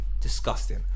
disgusting